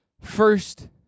first